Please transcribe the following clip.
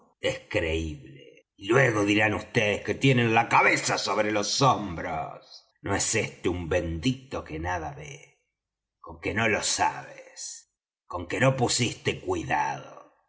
es creíble y luego dirán vds que tienen la cabeza sobre los hombros no es éste un bendito que nada ve con que no lo sabes con que no pusiste cuidado